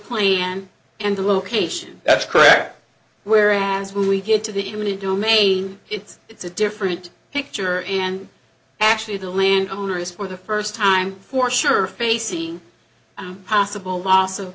plan and the location that's correct where as we get to the imminent domain it's a different picture and actually the land owner is for the first time for sure facing possible loss of